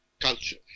culture